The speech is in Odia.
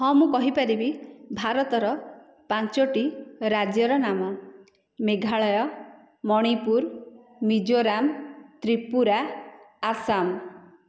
ହଁ ମୁଁ କହିପାରିବି ଭାରତର ପାଞ୍ଚଟି ରାଜ୍ୟର ନାମ ମେଘାଳୟ ମଣିପୁର ମିଜୋରାମ ତ୍ରିପୁରା ଆସାମ